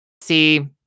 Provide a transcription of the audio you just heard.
See